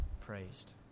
praised